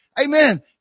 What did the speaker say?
amen